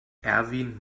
erwin